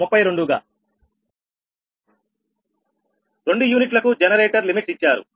36Pg232 రెండు యూనిట్లకు generator limits ఇచ్చారు